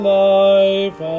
life